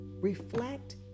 Reflect